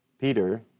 Peter